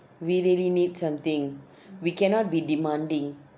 we really need something we cannot be demanding